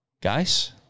Guys